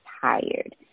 tired